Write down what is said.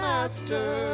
Master